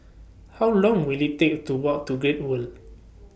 How Long Will IT Take to Walk to Great World